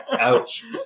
Ouch